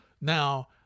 Now